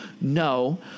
No